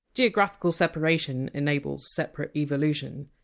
geographical separation enables separate evolution.